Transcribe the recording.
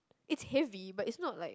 it's heavy but it's not like